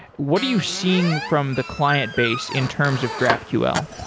what are you seeing from the client base in terms of graphql?